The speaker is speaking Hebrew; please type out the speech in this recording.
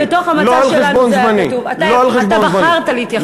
וזו הייתה בחירת הציבור,